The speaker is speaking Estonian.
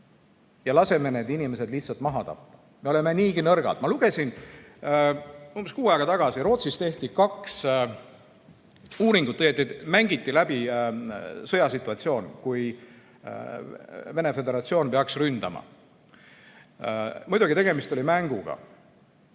ja laseme need inimesed lihtsalt maha tappa. Me oleme niigi nõrgad. Ma lugesin umbes kuu aega tagasi, et Rootsis tehti kaks uuringut, õieti mängiti läbi sõjasituatsioon, kui Venemaa Föderatsioon peaks ründama. Muidugi oli tegemist mänguga.